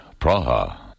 Praha